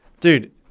Dude